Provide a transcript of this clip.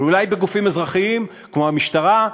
ואולי בתפקידים אזרחיים כמו במשטרה,